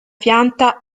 pianta